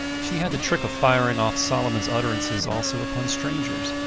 she had the trick of firing off solomons utterances also upon strangers,